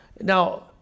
Now